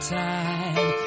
time